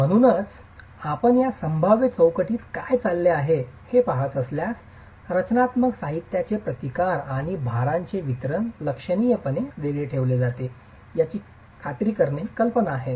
म्हणूनच आपण या संभाव्य चौकटीत काय चालले आहे हे पाहत असल्यास रचनात्मक साहित्याचे प्रतिकार आणि भारांचे वितरण लक्षणीयपणे वेगळे ठेवले आहे याची खात्री करणे ही कल्पना आहे